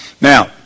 Now